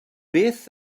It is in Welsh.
beth